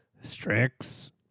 Strix